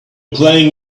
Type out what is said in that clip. playing